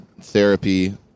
therapy